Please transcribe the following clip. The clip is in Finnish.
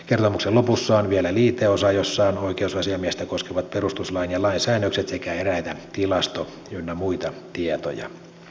kertomuksen lopussa on vielä liiteosa jossa on oikeusasiamiestä koskevat perustuslain ja lain säännökset sekä eräitä tilasto ynnä muita tietoja